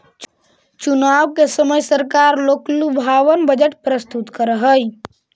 चुनाव के समय सरकार लोकलुभावन बजट प्रस्तुत करऽ हई